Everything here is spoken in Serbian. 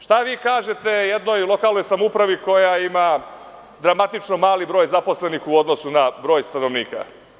Šta vi kažete jednoj lokalnoj samoupravi koja ima dramatično mali broj zaposlenih u odnosu na broj stanovnika?